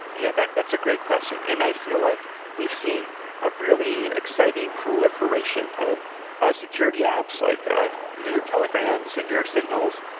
yeah, that's that's a great question. and i feel like we've seen a really exciting proliferation of security apps, like ah you know your telegrams and your signals.